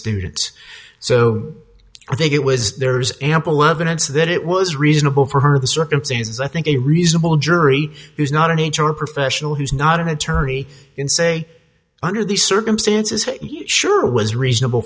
students so i think it was there is ample evidence that it was reasonable for her the circumstances i think a reasonable jury who's not an h r professional who's not an attorney in say under these circumstances he sure was reasonable